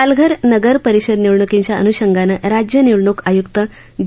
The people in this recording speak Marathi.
पालघर नगर परिषद निवडणुकीच्या अनुषंगानं राज्य निवडणूक आयुक्त ज